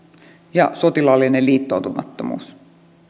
ja sotilaallinen liittoutumattomuus